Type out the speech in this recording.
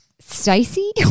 Stacey